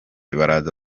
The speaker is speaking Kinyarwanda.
baraza